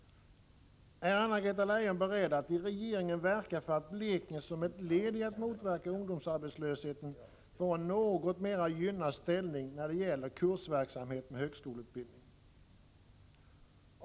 Är Anna-Greta Leijon beredd att i regeringen verka för att Blekinge, som ett led i att motverka ungdomsarbetslösheten, får en något mer gynnad ställning när det gäller kursverksamhet med högskoleutbildning?